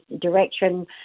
direction